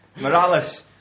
Morales